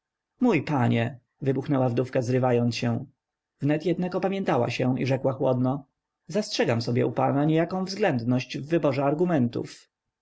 mój panie wybuchnęła wdówka zrywając się wnet jednak opamiętała się i rzekła chłodno zastrzegam sobie u pana niejaką względność w wyborze argumentów